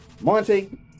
Monty